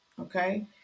okay